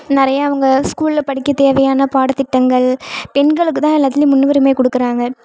நிறைய அவங்க ஸ்கூலில் படிக்க தேவையான பாடத்திட்டங்கள் பெண்களுக்குதான் எல்லாத்துலேயும் முன்னுரிமை கொடுக்குறாங்க